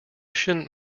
shouldn’t